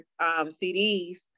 CDs